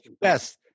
Best